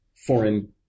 foreign